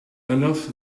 enough